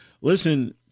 Listen